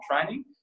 Training